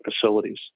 facilities